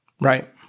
Right